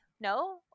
No